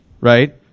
right